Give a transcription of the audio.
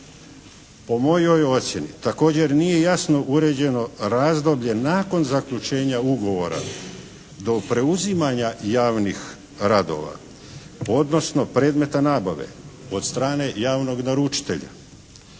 Po mojoj ocjeni također nije jasno uređeno razdoblje nakon zaključenja ugovora do preuzimanja javnih radova, odnosno predmeta nabave od strane javnog naručitelja.